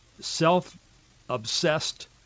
self-obsessed